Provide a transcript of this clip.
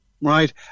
right